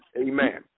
Amen